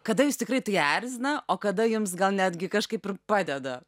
kada jūs tikrai tai erzina o kada jums gal netgi kažkaip ir padeda